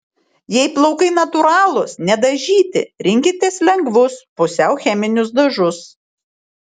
jei plaukai natūralūs nedažyti rinkitės lengvus pusiau cheminius dažus